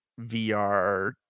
VR